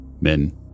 men